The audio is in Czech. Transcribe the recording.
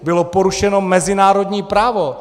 Bylo porušeno mezinárodní právo.